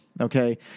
okay